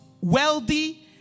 wealthy